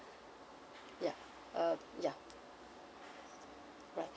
ya uh ya right